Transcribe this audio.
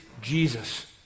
Jesus